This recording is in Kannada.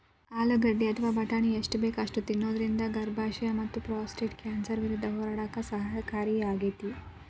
ಆಲೂಗಡ್ಡಿ ಅಥವಾ ಬಟಾಟಿನ ಎಷ್ಟ ಬೇಕ ಅಷ್ಟ ತಿನ್ನೋದರಿಂದ ಗರ್ಭಾಶಯ ಮತ್ತಪ್ರಾಸ್ಟೇಟ್ ಕ್ಯಾನ್ಸರ್ ವಿರುದ್ಧ ಹೋರಾಡಕ ಸಹಕಾರಿಯಾಗ್ಯಾತಿ